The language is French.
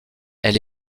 elle